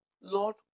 Lord